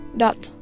dot